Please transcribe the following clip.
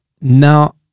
Now